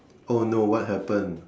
oh no what happened